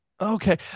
Okay